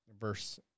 verse